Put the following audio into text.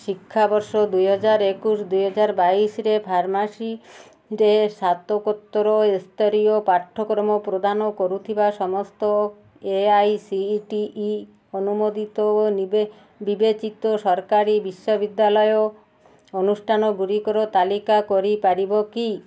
ଶିକ୍ଷାବର୍ଷ ଦୁଇହଜାର ଏକୋଇଶୀ ଦୁଇହଜାର ବାଇଶିରେ ଫାର୍ମାସିରେ ସ୍ନାତକୋତ୍ତର ସ୍ତରୀୟ ପାଠ୍ୟକ୍ରମ ପ୍ରଦାନ କରୁଥିବା ସମସ୍ତ A I C T E ଅନୁମୋଦିତ ବିବେଚିତ ସରକାରୀ ବିଶ୍ୱବିଦ୍ୟାଳୟ ଅନୁଷ୍ଠାନଗୁଡ଼ିକର ତାଲିକା କରିପାରିବ କି